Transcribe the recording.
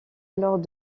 alors